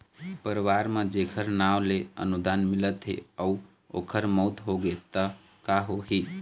परवार म जेखर नांव ले अनुदान मिलत हे अउ ओखर मउत होगे त का होही?